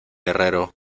herrero